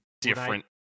different